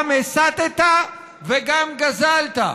גם הסתָ וגם גזלת,